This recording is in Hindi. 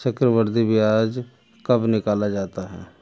चक्रवर्धी ब्याज कब निकाला जाता है?